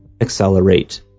accelerate